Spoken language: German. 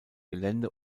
gelände